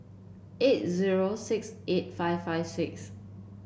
eight zero six eight five five six